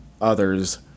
others